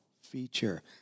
feature